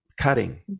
cutting